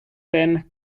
thin